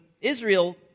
Israel